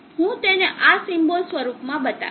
હું તેને આ સિમ્બોલ સ્વરૂપમાં બતાવીશ